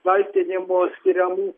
kaltinimų skiriamų